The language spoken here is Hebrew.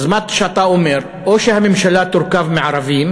אז מה שאתה אומר: או שהממשלה תורכב מערבים,